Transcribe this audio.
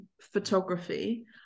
photography